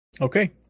Okay